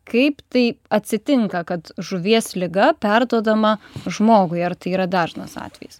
kaip tai atsitinka kad žuvies liga perduodama žmogui ar tai yra dažnas atvejis